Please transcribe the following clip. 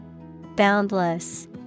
boundless